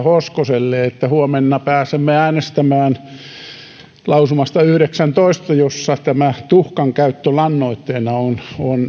hoskoselle että huomenna pääsemme äänestämään lausumasta yhdeksäntoista jossa tämä tuhkan käyttö lannoitteena on